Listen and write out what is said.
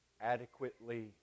adequately